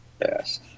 Yes